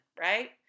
right